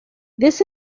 this